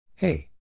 Hey